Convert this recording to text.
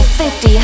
50